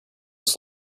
most